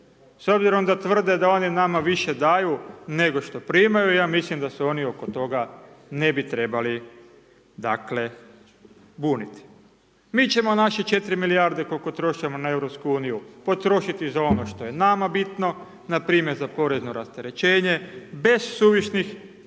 S obzirom da tvrde da oni nama više daju nego što primaju, ja mislim da se oni oko toga, ne bi trebali, dakle buniti. Mi ćemo naše 4 milijarde kol'ko trošimo na Europsku uniju, potrošiti za ono što je nama bitno, na primjer, za porezno rasterećenje, bez suvišnih